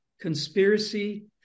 conspiracy